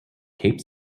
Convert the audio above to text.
cape